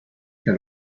que